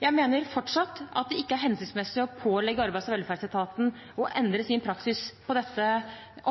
Jeg mener fortsatt at det ikke er hensiktsmessig å pålegge Arbeids- og velferdsetaten å endre sin praksis på dette